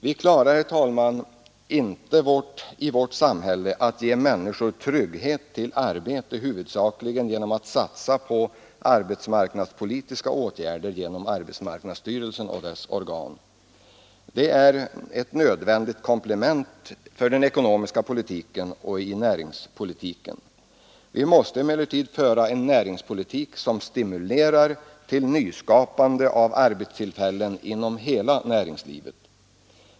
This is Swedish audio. Vi klarar, herr talman, inte i vårt samhälle att ge människor trygghet och arbete huvudsakligen genom att satsa på arbetsmarknadspolitiska åtgärder genom arbetsmarknadsstyrelsen och dess organ, Det är ett nödvändigt komplement till den ekonomiska politiken och näringspolitiken, men vi måste samtidigt föra en näringspolitik som stimulerar till nyskapande av arbetstillfällen inom hela näringslivet.